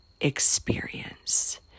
experience